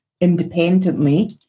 independently